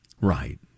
Right